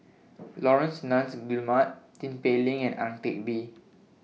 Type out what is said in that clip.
Laurence Nunns Guillemard Tin Pei Ling and Ang Teck Bee